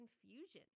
confusion